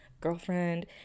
girlfriend